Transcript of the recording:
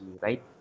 right